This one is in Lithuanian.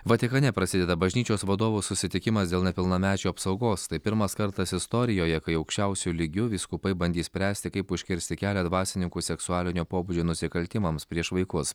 vatikane prasideda bažnyčios vadovų susitikimas dėl nepilnamečių apsaugos tai pirmas kartas istorijoje kai aukščiausiu lygiu vyskupai bandys spręsti kaip užkirsti kelią dvasininkų seksualinio pobūdžio nusikaltimams prieš vaikus